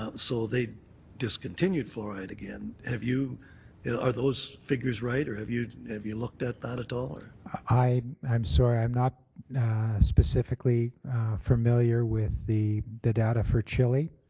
um so they discontinued fluoride again. have you are those figures right or have you know have you looked at that at all? i'm i'm sorry, i'm not specifically familiar with the the data for chile,